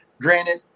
Granted